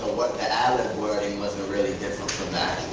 the ad-lib wording wasn't really different from